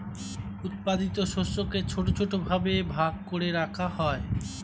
উৎপাদিত শস্যকে ছোট ছোট ভাবে ভাগ করে রাখা হয়